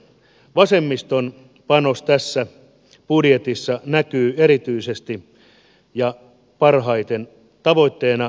vasemmiston panos tässä budjetissa näkyy erityisesti ja parhaiten tavoitteena oikeudenmukaisuudesta